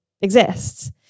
exists